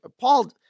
Paul